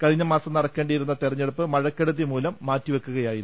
കഴിഞ്ഞ മാസം നടക്കേണ്ടിയിരുന്ന തെരഞ്ഞെടുപ്പ് മഴക്കെടുതി മൂലം മാറ്റി വയ്ക്കുകയായിരുന്നു